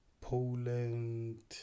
Poland